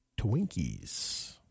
Twinkies